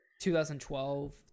2012